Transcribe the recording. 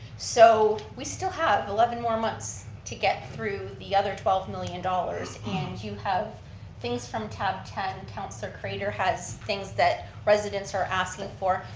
so we still have eleven more months to get through the other twelve million dollars dollars and you have things from tab ten, councillor craiter has things that residents are asking for,